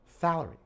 salary